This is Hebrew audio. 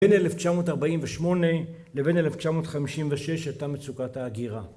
בין 1948 לבין 1956 הייתה מצוקת ההגירה.